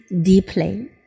deeply